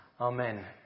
Amen